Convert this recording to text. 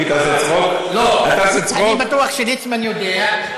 אל תחשוב שהרב ליצמן לא יודע.